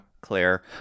Claire